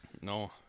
no